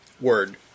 word